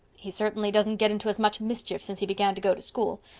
he certainly doesn't get into as much mischief since he began to go to school,